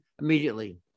immediately